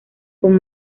con